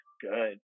good